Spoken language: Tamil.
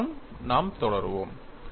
அப்படித்தான் நாம் தொடருவோம்